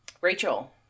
Rachel